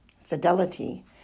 fidelity